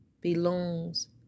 belongs